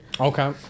Okay